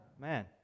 Man